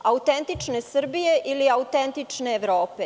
Autentične Srbije ili autentične Evrope?